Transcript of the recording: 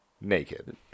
naked